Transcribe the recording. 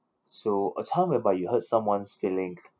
so a time whereby you hurt someone's feelings